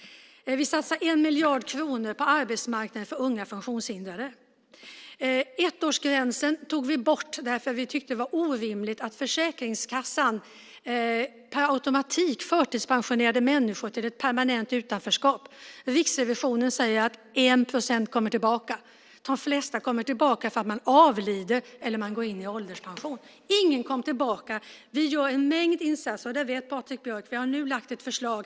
Vi satsar 1 miljard kronor på arbetsmarknaden för unga funktionshindrade. Vi tog bort ettårsgränsen därför att vi tyckte att det var orimligt att Försäkringskassan per automatik förtidspensionerade människor till ett permanent utanförskap. Riksrevisionen säger att 1 procent kommer tillbaka. De flesta kommer tillbaka för att de avlider eller går i ålderspension. Ingen kommer tillbaka. Vi gör en mängd insatser, och Patrik Björck vet att vi nu har lagt fram ett förslag.